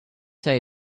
say